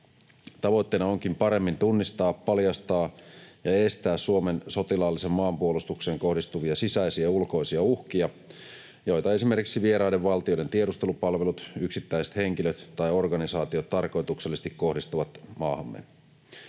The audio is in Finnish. Tavoitteena onkin paremmin tunnistaa, paljastaa ja estää Suomen sotilaalliseen maanpuolustukseen kohdistuvia sisäisiä ja ulkoisia uhkia, joita esimerkiksi vieraiden valtioiden tiedustelupalvelut, yksittäiset henkilöt tai organisaatiot tarkoituksellisesti kohdistavat maahamme.